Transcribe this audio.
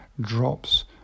drops